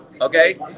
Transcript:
Okay